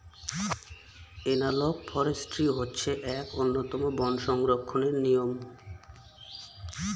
analogue forestry হচ্ছে এক উন্নতম বন সংরক্ষণের নিয়ম